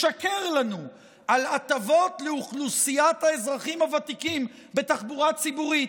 משקר לנו על הטבות לאוכלוסיית האזרחים הוותיקים בתחבורה הציבורית,